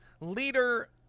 leader